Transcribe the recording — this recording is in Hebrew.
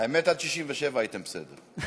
האמת, עד 1997 הייתם בסדר.